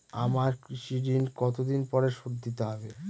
আমার কৃষিঋণ কতদিন পরে শোধ দিতে হবে?